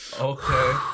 Okay